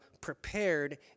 prepared